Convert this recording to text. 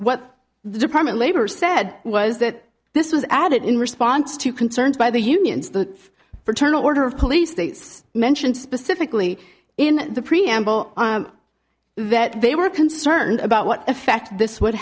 the department labor said was that this was added in response to concerns by the unions the fraternal order of police they mentioned specifically in the preamble that they were concerned about what effect this would